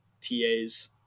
TAs